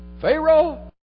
Pharaoh